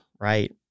right